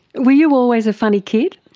were you always a funny kid?